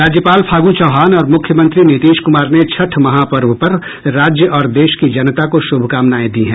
राज्यपाल फागू चौहान और मुख्यमंत्री नीतीश कुमार ने छठ महापर्व पर राज्य और देश की जनता को शुभकामनाएं दी है